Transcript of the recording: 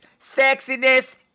sexiness